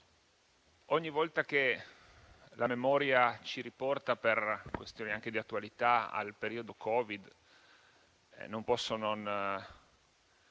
ogni volta che la memoria ci riporta, anche per questioni di attualità, al periodo Covid, non posso non